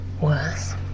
worse